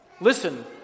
Listen